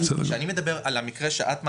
כשאני מדבר על המקרה שאת מעלה,